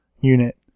unit